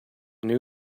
new